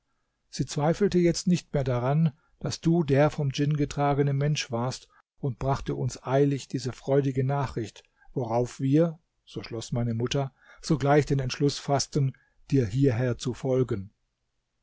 sie zweifelte jetzt nicht mehr daran daß du der vom djinn getragene mensch warst und brachte uns eilig diese freudige nachricht worauf wir so schloß meine mutter sogleich den entschluß faßten dir hierher zu folgen